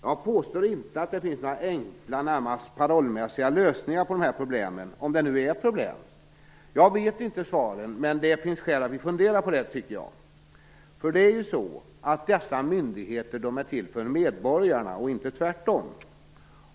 Jag påstår inte att det finns några enkla, närmast parollmässiga lösningar på dessa problem, om det nu är problem. Jag vet inte svaren, men det finns skäl att vi funderar på detta. För det är ju så att dessa myndigheter är till för medborgarna och inte tvärtom.